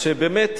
שבאמת